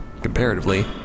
comparatively